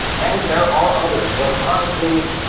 and there are others, but honestly,